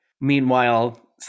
Meanwhile